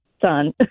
son